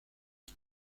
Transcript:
une